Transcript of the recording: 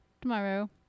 tomorrow